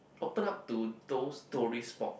open up to those story spot